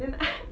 when I'm